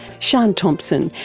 sian thompson,